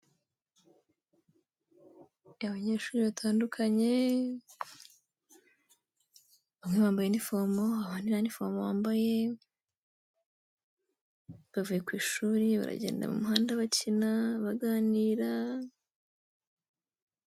Abanyeshuri batandukanye, bamwe bambaye inifomu abandi nta inifomo bambaye, bavuye ku ishuri baragenda mu muhanda bakina baganira.